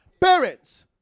parents